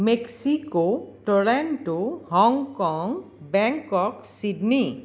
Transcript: Mexico Toronto Hong Kong Bangkok Sydney